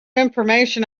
information